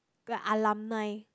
the alumni